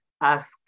Ask